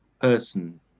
person